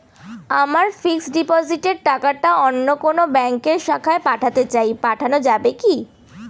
আমার ফিক্সট ডিপোজিটের টাকাটা অন্য কোন ব্যঙ্কের শাখায় পাঠাতে চাই পাঠানো যাবে কি?